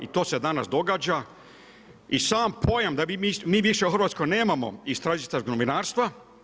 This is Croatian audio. I to se danas događa, i sam pojam da mi više u Hrvatskoj nemamo istražiteljskog novinarstva.